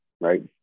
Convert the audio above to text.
right